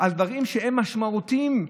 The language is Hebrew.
בדברים משמעותיים?